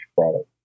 product